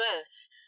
verse